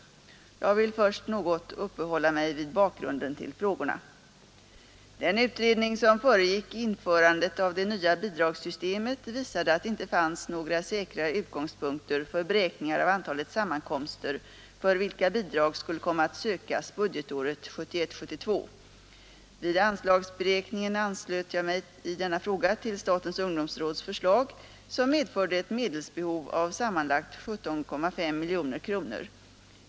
Jag vill först något uppehålla mig vid bakgrunden till frågorna. Den utredning som föregick införandet av det nya bidragssystemet visade att det inte fanns några säkra utgångspunkter för beräkningar av antalet sammankomster för vilka bidrag skulle komma att sökas budgetåret 1971/72. Vid anslagsberäkningen anslöt jag mig i denna fråga till statens ungdomsråds förslag, som medförde ett medelsbehov av sammanlagt 17,5 miljoner kronor.